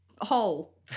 hole